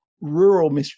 Rural